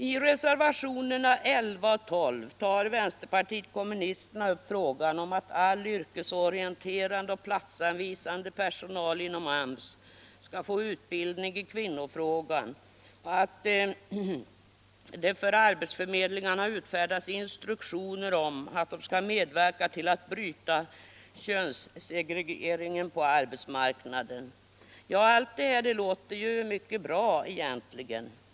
I reservationerna 11 och 12 tar vpk upp frågan om att all yrkesorienterande och platsanvisande personal skall få utbildning i kvinnofrågan och att för arbetsförmedlingarna utfärdas instruktioner om att de skall medverka till att bryta könssegregeringen på arbetsmarknaden. Ja, allt det här låter ju mycket bra.